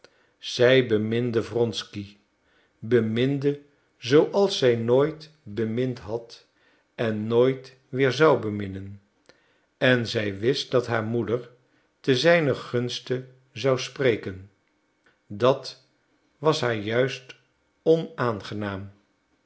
zij beminde wronsky beminde zooals zij nooit bemind had en nooit weer zou beminnen en zij wist dat haar moeder ten zijnen gunste zou spreken dat was haar juist onaangenaam